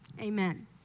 amen